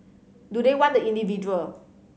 do they want the individual